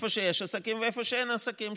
איפה שיש עסקים ואיפה שאין עסקים.